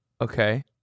Okay